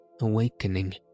awakening